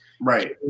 Right